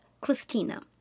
Christina